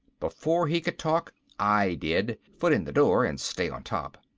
before he could talk i did, foot in the door and stay on top.